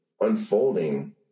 unfolding